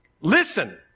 listen